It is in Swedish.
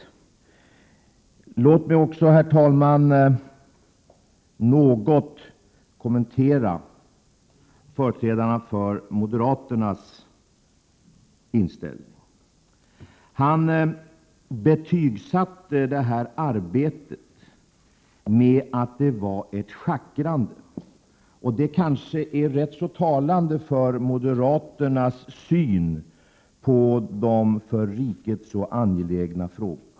Låt mig också, herr talman, något kommentera företrädarens för moderaterna inställning. Han betygsatte detta arbete med omdömet att det var ett schackrande. Det kanske är rätt så talande för moderaternas syn på de för riket så angelägna frågorna.